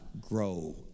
grow